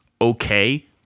okay